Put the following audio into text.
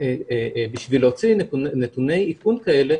בשביל להוציא נתוני איכון כאלה,